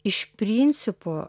iš principo